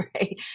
right